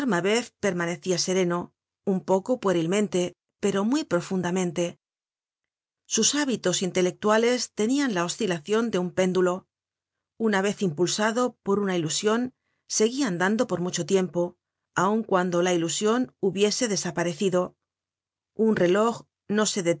mabeuf permanecia sereno un poco puerilmente pero muy profundamente sus hábitos intelectuales tenian la oscilacion de un péndulo una vez impulsado por una ilusion seguia andando por mucho tiempo aun cuando la ilusion hubiese desaparecido un reloj no se